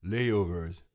Layovers